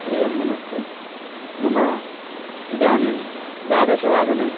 हरिः ओं नमस्ते मम इदानीं द्वादशवादने